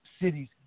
cities